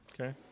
Okay